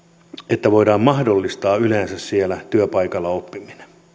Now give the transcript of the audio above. että voidaan yleensä mahdollistaa siellä työpaikalla oppiminen